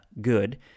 good